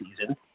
season